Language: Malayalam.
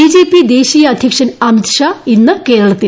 ബിജെപി ദേശീയ അദ്ധ്യക്ഷൻ അമിത്ഷാ ഇന്ന് കേരളത്തിൽ